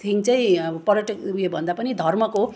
thing चाहिँ पर्यटक उयो भन्दा पनि धर्मको